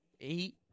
eight